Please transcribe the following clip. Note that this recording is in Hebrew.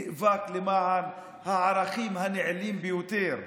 והוא נאבק למען הערכים הנעלים ביותר,